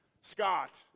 Scott